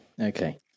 Okay